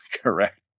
Correct